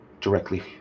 directly